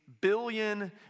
billion